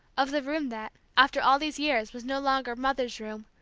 of the room that, after all these years, was no longer mother's room